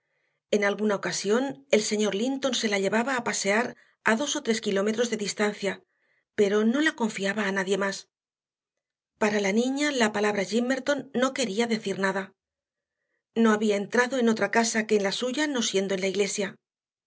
en alguna ocasión el señor linton se la llevaba a pasear a dos o tres kilómetros de distancia pero no la confiaba a nadie más para la niña la palabra gimmerton no quería decir nada no había entrado en otra casa que en la suya no siendo en la iglesia